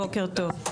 בוקר טוב.